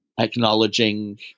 acknowledging